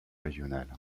régional